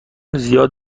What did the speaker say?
زیاد